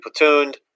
platooned